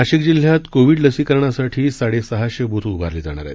नाशिक जिल्ह्यात कोविड लसीकरणासाठी साडेसहाशे बुथ उभारले जाणार आहेत